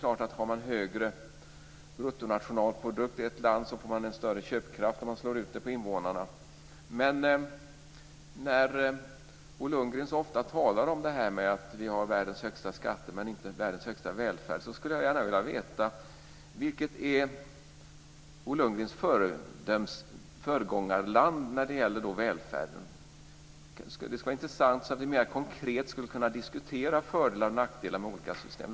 Har man högre bruttonationalprodukt i ett land är det klart att man får en större köpkraft om man slår ut den på invånarna. Men när Bo Lundgren så ofta talar om att vi har världens högsta skatter men inte världens högsta välfärd skulle jag gärna vilja veta vilket land som är Bo Lundgrens föredöme när det gäller välfärden. Det skulle vara intressant att höra, så att vi mer konkret skulle kunna diskutera fördelar och nackdelar med olika system.